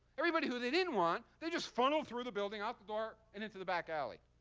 everybody who they didn't want, they just funneled through the building, out the door, and into the back alley.